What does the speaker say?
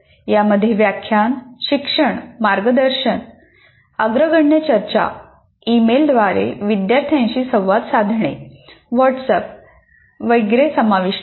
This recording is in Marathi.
यामध्ये व्याख्यान शिक्षण मार्गदर्शन अग्रगण्य चर्चा ईमेलद्वारे विद्यार्थ्यांशी संवाद साधणे व्हॉट्सअँप वगैरे समाविष्ट आहे